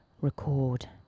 record